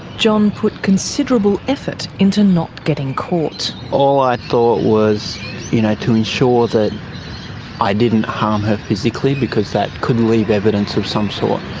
john put considerable effort into not getting caught. all i thought you know to ensure that i didn't harm her physically because that could leave evidence of some sort,